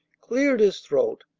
cleared his throat,